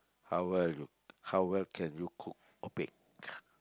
how well y~ how well can you cook or bake